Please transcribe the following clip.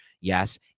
Yes